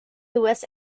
louis